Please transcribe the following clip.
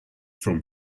from